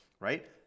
right